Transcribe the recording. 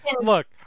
Look